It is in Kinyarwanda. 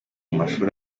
mashuri